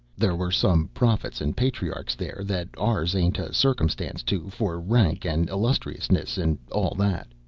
there were some prophets and patriarchs there that ours ain't a circumstance to, for rank and illustriousness and all that.